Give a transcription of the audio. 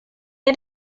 had